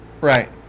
Right